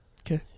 Okay